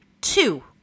two